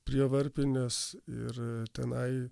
prie varpinės ir tenai